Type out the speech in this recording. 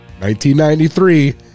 1993